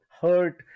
hurt